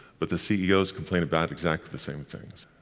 but the ceos complain about exactly the same things.